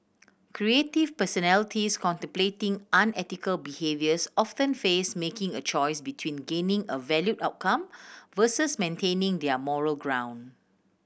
creative personalities contemplating unethical behaviours often face making a choice between gaining a valued outcome versus maintaining their moral ground